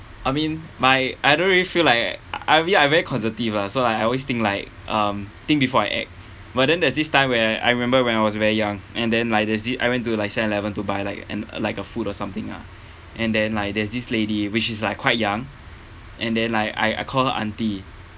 I mean my I don't really feel like I mean I very conservative lah so like I always think like um think before I act but then there's this time where I remember when I was very young and then like there's this I went to like seven eleven to buy like an like a food or something ah and then like there's this lady which is like quite young and then like I I call her auntie